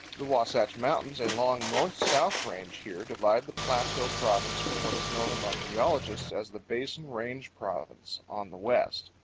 the wasatch mountains, a long north-and-south range, here divide the plateau province from what is known among geologists as the basin range province, on the west.